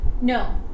No